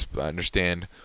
understand